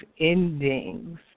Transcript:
endings